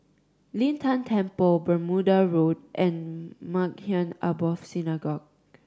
Lin Tan Temple Bermuda Road and Maghain Aboth Synagogue